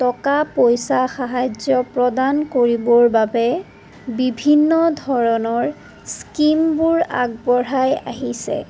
টকা পইচা সাহাৰ্য্য় প্ৰদান কৰিবৰ বাবে বিভিন্ন ধৰণৰ স্কিমবোৰ আগবঢ়াই আহিছে